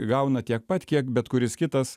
gauna tiek pat kiek bet kuris kitas